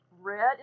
red